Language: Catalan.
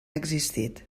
existit